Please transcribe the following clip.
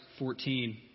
14